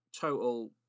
total